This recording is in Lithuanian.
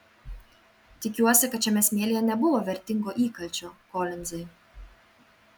tikiuosi kad šiame smėlyje nebuvo vertingo įkalčio kolinzai